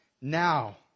now